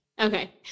Okay